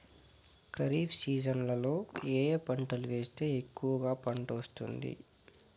ఖరీఫ్ సీజన్లలో ఏ ఏ పంటలు వేస్తే ఎక్కువగా పంట వస్తుంది?